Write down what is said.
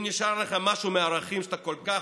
אם נישאר לך משהו מהערכים שאתה כל כך